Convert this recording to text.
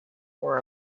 for